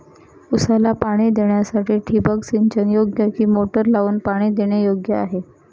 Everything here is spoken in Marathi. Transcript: ऊसाला पाणी देण्यासाठी ठिबक सिंचन योग्य कि मोटर लावून पाणी देणे योग्य आहे?